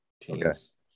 teams